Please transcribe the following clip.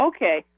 Okay